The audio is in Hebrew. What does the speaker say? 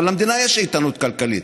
אבל למדינה יש איתנות כלכלית.